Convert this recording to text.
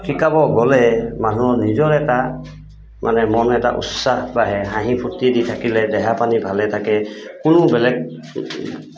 শিকাব গ'লে মানুহৰ নিজৰ এটা মানে মনত এটা উৎসাহ বাঢ়ে হাঁহি ফূৰ্তি দি থাকিলে দেহা পানী ভালে থাকে কোনো বেলেগ